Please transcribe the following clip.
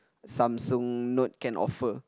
Samsung Note can offer